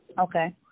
Okay